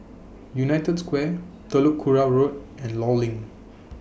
United Square Telok Kurau Road and law LINK